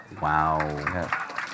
Wow